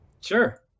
Sure